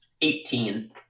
Eighteen